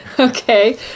Okay